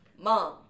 Mom